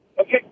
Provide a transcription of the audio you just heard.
Okay